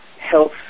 health